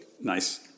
Nice